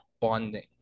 bonding